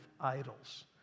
idols